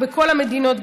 בכל המדינות,